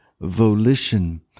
volition